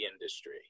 industry